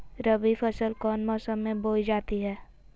रबी फसल कौन मौसम में बोई जाती है?